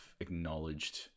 acknowledged